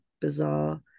bizarre